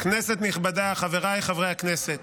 כנסת נכבדה, חבריי חברי הכנסת,